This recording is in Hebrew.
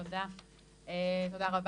תודה רבה.